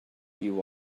you